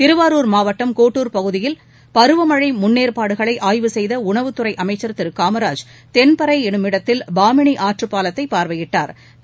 திருவாரூர் கோட்டுர் மாவட்டம் பகுதியில் பருவமழைமுன்னெற்பாடுகளைஆய்வு செய்தஉணவுத்தறைஅமைச்ச் திருகாமராஜ் தென்பறைஎன்னுமிடத்தில் பாமனிஆற்றுபாலத்தைபாா்வையிட்டாா்